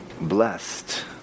blessed